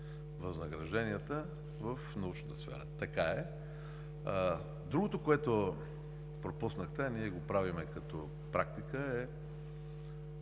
възнагражденията в научната сфера. Така е. Другото, което пропуснахте, а ние го правим като практика, е